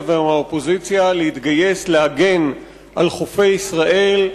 ומהאופוזיציה להתגייס להגן על חופי ישראל,